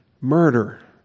murder